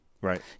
Right